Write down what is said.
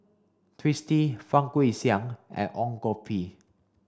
Twisstii Fang Guixiang and Ong Koh Bee